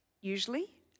usually